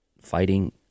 fighting